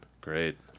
Great